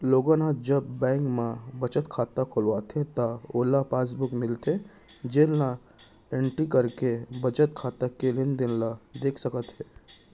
लोगन ह जब बेंक म बचत खाता खोलवाथे त ओला पासबुक मिलथे जेन ल एंटरी कराके बचत खाता के लेनदेन ल देख सकत हे